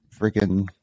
freaking